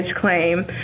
Claim